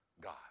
God